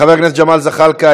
חבר הכנסת ג'מאל זחאלקה,